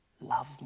love